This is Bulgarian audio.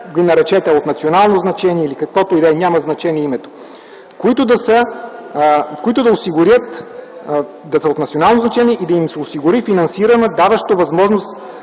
ги наречете – от национално значение, или каквото и да е, няма значение името, които да са от национално значение, и да им се осигури финансиране, даващо възможност